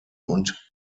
und